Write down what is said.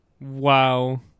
wow